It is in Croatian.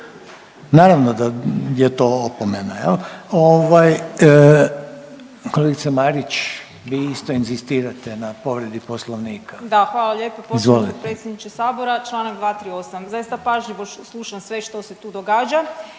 Naravno da je to opomena. Kolegice Marić vi isto inzistirate na povredi Poslovnika?